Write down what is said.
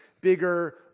Bigger